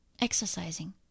exercising